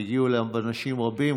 והגיעו אליו אנשים רבים,